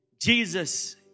Jesus